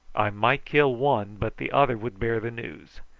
i might kill one, but the other would bear the news.